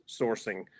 sourcing